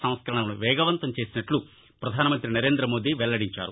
నంస్కరణలను వేగవంతం చేసినట్లు ప్రధానమంతి నరేంద్రమోదీ వెల్లడించారు